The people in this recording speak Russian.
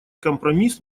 компромисс